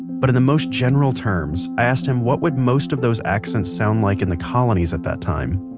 but in the most general terms i asked him what would most of those accents sound like in the colonies at that time?